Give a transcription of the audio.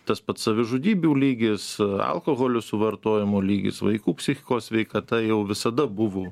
tas pats savižudybių lygis alkoholio suvartojimo lygis vaikų psichikos sveikata jau visada buvo